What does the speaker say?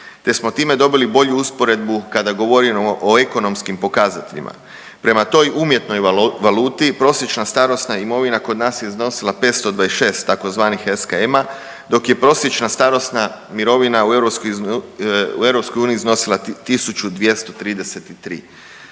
te smo time dobili bolju usporedbu kada govorimo o ekonomskim pokazateljima. Prema toj umjetnoj valuti, prosječna starosna mirovina kod nas je iznosila 526 tzv. SKM-a dok je starosna mirovina u EU iznosila 1.233.